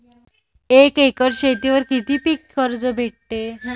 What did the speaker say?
एक एकर शेतीवर किती पीक कर्ज भेटते?